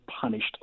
punished